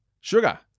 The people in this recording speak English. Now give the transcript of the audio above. Sugar